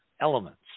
elements